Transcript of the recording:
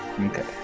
Okay